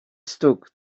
stood